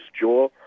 Jaw